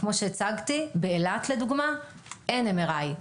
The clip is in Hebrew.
כמו שהצגתי, באילת לדוגמה, אין MRI,